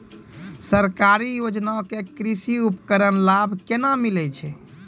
सरकारी योजना के कृषि उपकरण लाभ केना मिलै छै?